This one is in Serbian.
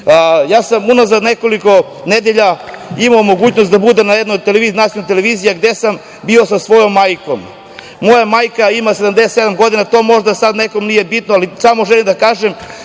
Ja sam unazad nekoliko nedelja imao mogućnost da budem na jednoj nacionalnoj televiziji gde sam bio sa svojom majkom. Moja majka ima 77 godina i to možda sada nekome nije bitno, ali samo želim da kažem